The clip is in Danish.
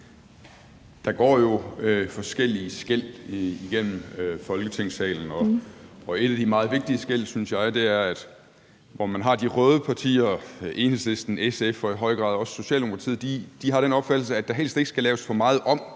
Der går jo forskellige skel igennem Folketingssalen, og et af de meget vigtige skel er, synes jeg, at man har den side, hvor man har de røde partier, Enhedslisten, SF og i høj grad også Socialdemokratiet, og de har den opfattelse, at der helst ikke skal laves for meget om